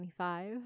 25